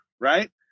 Right